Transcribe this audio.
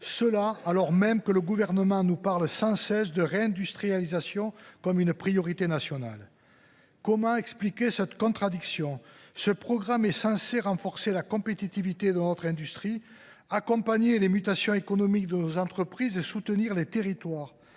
%, alors même que le Gouvernement nous parle sans cesse de « réindustrialisation » comme priorité nationale. Comment expliquer une telle contradiction ? Ce programme est censé renforcer la compétitivité de notre industrie, accompagner les mutations économiques de nos entreprises et soutenir les territoires.